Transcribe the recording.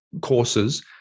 courses